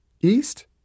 east